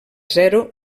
zero